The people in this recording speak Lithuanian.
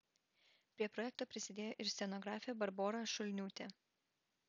prie projekto prisidėjo ir scenografė barbora šulniūtė